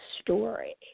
story